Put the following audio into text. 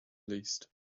least